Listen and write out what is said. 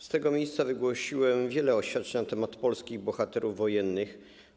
Z tego miejsca wygłosiłem wiele oświadczeń na temat polskich bohaterów wojennych.